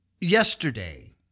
yesterday